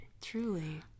Truly